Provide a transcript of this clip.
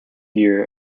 year